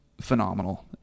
phenomenal